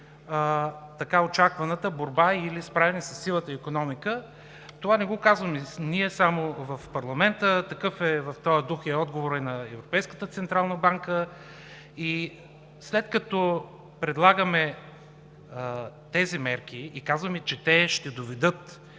така очакваната борба или справяне със сивата икономика. Това не го казваме само ние в парламента. В този дух е и отговорът на Европейската централна банка. След като предлагаме тези мерки и казваме, че те ще доведат